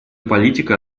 политика